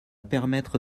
permettre